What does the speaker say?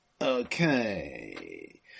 Okay